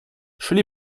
szli